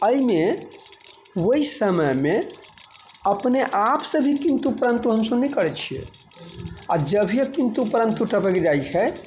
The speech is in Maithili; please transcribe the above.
अइमे ओइ समयमे अपने आपसँ लेकिन किन्तु परन्तु हमसब नहि करै छियै आओर जभीये किन्तु परन्तु टपकि जाइ छै